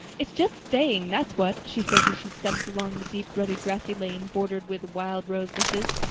it's just staying, that's what, she said as she stepped along the deep-rutted, grassy lane bordered with wild rose bushes.